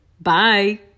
bye